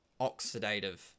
oxidative